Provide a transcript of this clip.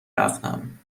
رفتم